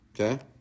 Okay